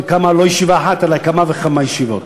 ולא ישיבה אחת אלא כמה וכמה ישיבות.